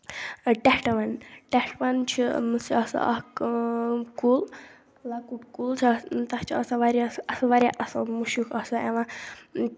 ٹیٚٹھ وَن ٹیٚٹھ وَن چھُ مٕژ آسان اَکھ آ کُل لۅکُٹ کُل چھُ تَتھ چھُ آسان واریاہ اصٕل واریاہ اصٕل مُشُک آسان یِوان